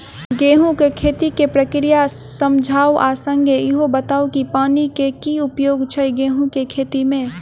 गेंहूँ केँ खेती केँ प्रक्रिया समझाउ आ संगे ईहो बताउ की पानि केँ की उपयोग छै गेंहूँ केँ खेती में?